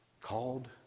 called